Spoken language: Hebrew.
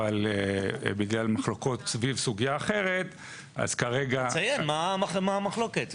אבל בגלל מחלוקות סביב סוגיה אחרת -- ציין מה המחלוקת,